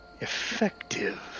effective